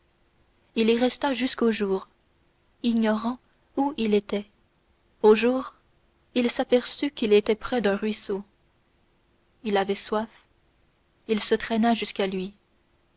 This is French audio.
il y resta jusqu'au jour ignorant où il était au jour il s'aperçut qu'il était près d'un ruisseau il avait soif il se traîna jusqu'à lui